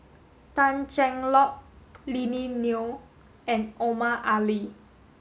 Tan Cheng Lock Lily Neo and Omar Ali